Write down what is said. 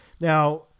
now